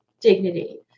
dignity